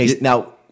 Now